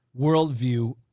worldview